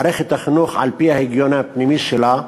מערכת החינוך, על-פי ההיגיון הפנימי שלה,